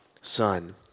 son